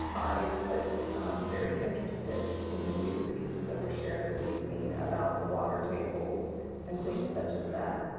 i was very interested in the new pieces that were shared this evening about the water tables and things such as that.